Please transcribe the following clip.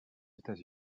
états